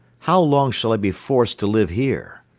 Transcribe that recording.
how long shall i be forced to live here?